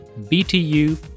btu